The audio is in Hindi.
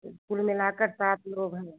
कुल मिलाकर सात लोग हैं